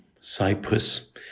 Cyprus